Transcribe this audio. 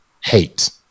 hate